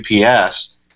UPS